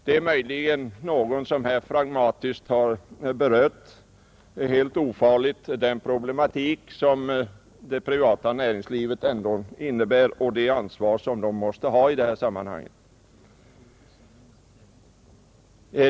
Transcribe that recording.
Det är möjligen någon som fragmentariskt och helt ofarligt har berört den problematik som det privata näringslivet ändå innebär och det ansvar som det måste ha i detta sammanhang.